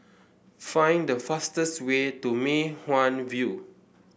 find the fastest way to Mei Hwan View